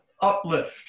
uplift